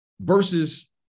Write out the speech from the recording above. versus